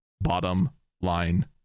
bottom-line